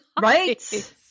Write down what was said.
Right